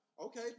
Okay